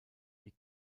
die